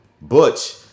Butch